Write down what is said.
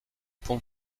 pont